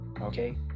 okay